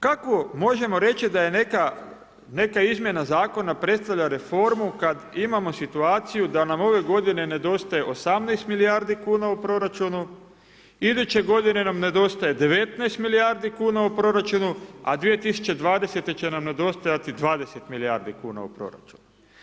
Kako možemo reći da je neka izmjena zakona predstavlja reformu, kada imamo situaciju da nam ove g. nedostaje 18 milijardi kn u proračunu, iduće g. nam nedostaje 19 milijardi kn u proračunu, a 2020. će nam nedostajati 20 milijardi kn u proračunu.